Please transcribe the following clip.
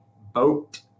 boat